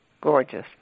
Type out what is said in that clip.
Gorgeous